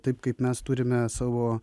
taip kaip mes turime savo